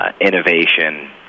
innovation